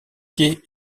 quai